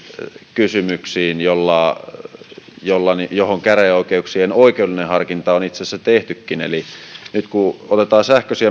kysymyksiin joihin käräjäoikeuksien oikeudellinen harkinta on itse asiassa tehtykin eli nyt kun otetaan sähköisiä